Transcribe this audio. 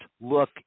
look